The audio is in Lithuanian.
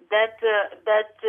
bet bet